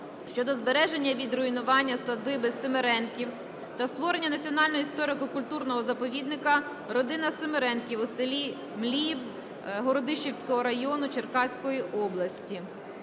щодо збереження від руйнації садиби Симиренків та створення Національного історико-культурного заповідника "Родина Симиренків" у селі Мліїв Городищенського району Черкаської області.